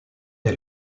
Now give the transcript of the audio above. est